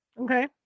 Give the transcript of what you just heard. okay